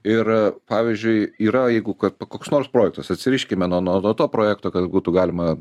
ir a pavyzdžiui yra jeigu kad koks nors projektas atsiriškime nuo nuo nuo to projekto kad būtų galima